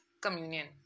communion